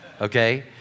okay